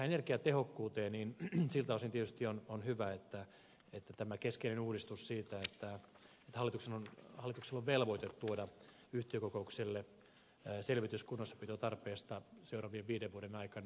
tämän energiatehokkuuden osalta tietysti on hyvä tämä keskeinen uudistus että hallituksella on velvoite tuoda yhtiökokoukselle selvitys kunnossapitotarpeesta seuraavien viiden vuoden aikana